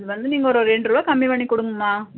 அது வந்து நீங்கள் ஒரு ரெண்டுரூபா கம்மி பண்ணி கொடுங்கம்மா